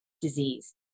disease